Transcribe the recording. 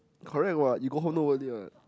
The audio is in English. correct what you go home nobody what